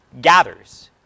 gathers